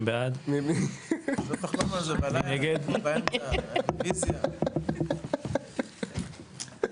הצבעה בעד, 2 נגד, 3 נמנעים, 0 הרביזיה לא התקבלה.